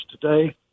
Today